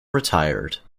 retired